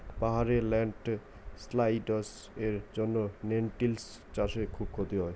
পাহাড়ে ল্যান্ডস্লাইডস্ এর জন্য লেনটিল্স চাষে খুব ক্ষতি হয়